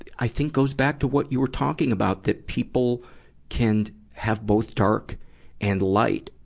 i think goes back to what you were talking about, that people can have both dark and light.